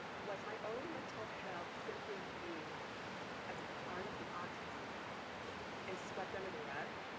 was my own mental health simply viewed as part of the autism and swept under the rug,